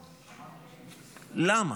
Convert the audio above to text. למה?